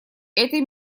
этой